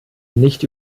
nicht